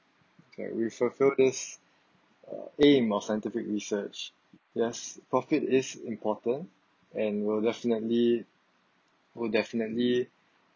sorry we fulfil this aim for scientific research yes profit is important and will definitely will definitely